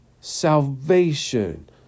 salvation